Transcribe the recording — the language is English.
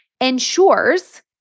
ensures